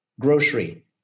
Grocery